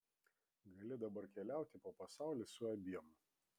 gali dabar keliauti po pasaulį su abiem